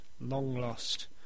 long-lost